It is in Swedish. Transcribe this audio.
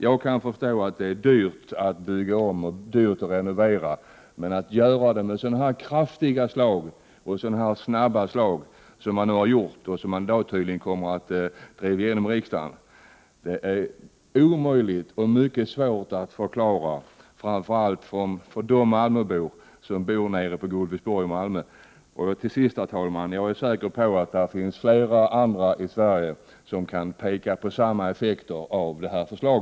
Jag förstår att det är dyrt att bygga om och att renovera, men ett så kraftigt och snabbt slag som den fördyring som riksdagen tydligen kommer att driva igenom i dag är det mycket svårt att förklara, framför allt för malmöborna i Gullviksborg. Herr talman! Jag är säker på att många andra i Sverige kan peka på samma effekter av detta förslag.